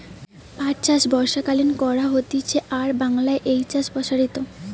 পাট চাষ বর্ষাকালীন করা হতিছে আর বাংলায় এই চাষ প্সারিত